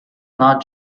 not